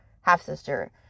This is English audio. half-sister